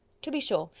to be sure,